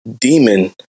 demon